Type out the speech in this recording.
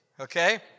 Okay